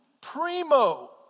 Primo